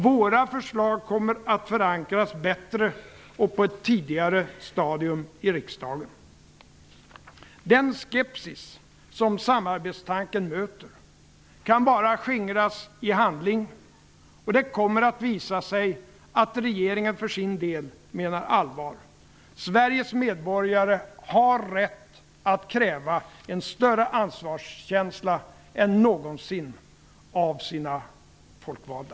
Våra förslag kommer att förankras bättre och på ett tidigare stadium i riksdagen. Den skepsis som samarbetstanken möter kan bara skingras i handling, och det kommer att visa sig att regeringen för sin del menar allvar. Sveriges medborgare har rätt att kräva en större ansvarskänsla än någonsin av sina folkvalda.